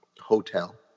hotel